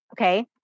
Okay